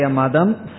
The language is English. madam